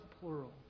plural